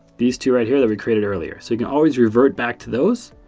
these two right here that we created earlier. so you can always revert back to those.